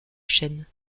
chêne